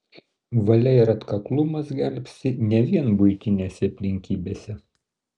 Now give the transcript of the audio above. valia ir atkaklumas gelbsti ne vien buitinėse aplinkybėse